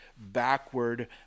backward